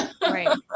Right